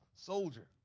soldier